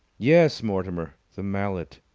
yes, mortimer! the mallet!